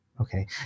okay